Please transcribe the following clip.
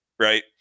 Right